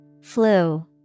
Flu